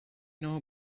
know